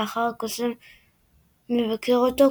לאחר שקוסם מבקר אותו,